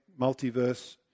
multiverse